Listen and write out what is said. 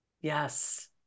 yes